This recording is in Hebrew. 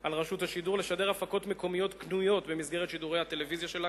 על רשות השידור לשדר הפקות מקומיות קנויות במסגרת שידורי הטלוויזיה שלה,